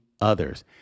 others